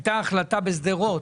הייתה החלטה בשדרות,